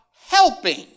helping